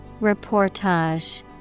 Reportage